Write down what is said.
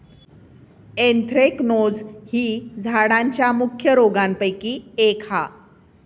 anthracnose ही झाडांच्या मुख्य रोगांपैकी एक हा